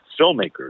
filmmakers